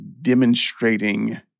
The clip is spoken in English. demonstrating